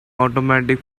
automatic